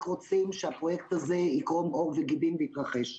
רוצים שהפרויקט הזה יקרום עור וגידים ויתרחש.